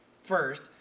First